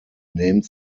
named